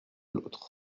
l’autre